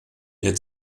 der